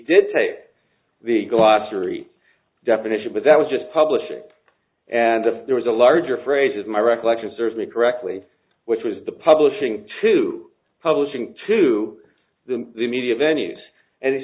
did take the glossary definition but that was just publishing and there was a larger phrase is my recollection serves me correctly which was the publishing to publishing to the media venues and